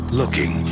looking